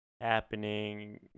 happening